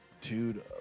Dude